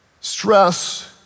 Stress